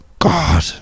God